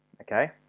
okay